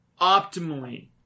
optimally